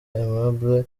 aimable